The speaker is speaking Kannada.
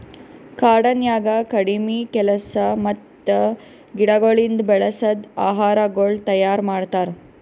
ಕಾಡನ್ಯಾಗ ಕಡಿಮಿ ಕೆಲಸ ಮತ್ತ ಗಿಡಗೊಳಿಂದ್ ಬೆಳಸದ್ ಆಹಾರಗೊಳ್ ತೈಯಾರ್ ಮಾಡ್ತಾರ್